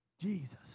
Jesus